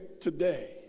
today